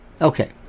Okay